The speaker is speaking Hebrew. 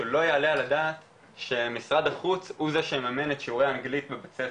לא יעלה על הדעת שמשרד החוץ הוא זה שיממן את שיעורי האנגלית בבית ספר,